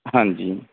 ਹਾਂਜੀ